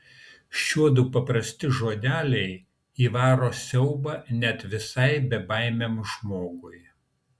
šiuodu paprasti žodeliai įvaro siaubą net visai bebaimiam žmogui